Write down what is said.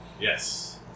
Yes